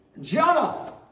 Jonah